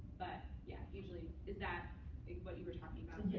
but yeah. usually. is that what you were talking about?